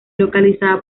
localizada